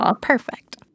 perfect